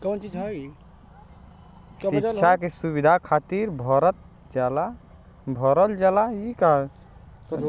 सिक्षा के सुविधा खातिर भरल जाला